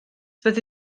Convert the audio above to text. fyddi